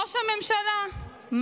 ראש הממשלה,